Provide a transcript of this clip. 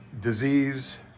disease